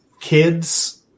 kids